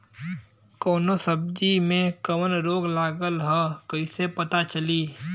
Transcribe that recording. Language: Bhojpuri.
कौनो सब्ज़ी में कवन रोग लागल ह कईसे पता चली?